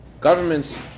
governments